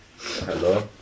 Hello